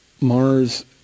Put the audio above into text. Mars